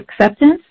acceptance